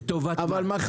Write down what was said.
לטובת מה?